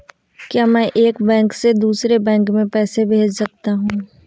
क्या मैं एक बैंक से दूसरे बैंक में पैसे भेज सकता हूँ?